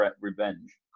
Revenge